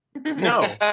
No